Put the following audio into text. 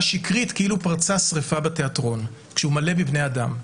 שקרית כאילו פרצה שריפה בתיאטרון כשהוא מלא בבני אדם.